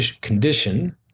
condition